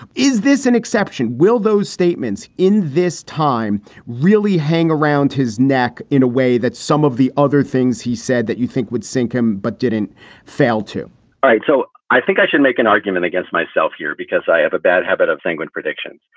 is this an exception? will those statements in this time really hang around his neck in a way that some of the other things he said that you think would sink him but didn't fail to? all right. so i think i should make an argument against myself here, because i have a bad habit of sanguine predictions.